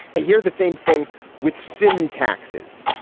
hear the same thing with sin taxes.